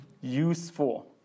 useful